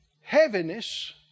heaviness